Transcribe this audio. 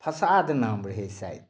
फसाद नाम रहै शायद